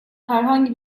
herhangi